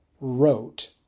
wrote